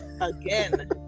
again